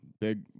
Big